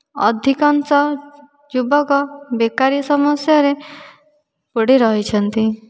ଅଧିକାଂଶ ଯୁବକ ବେକାରୀ ସମସ୍ୟାରେ ପଡ଼ିରହିଛନ୍ତି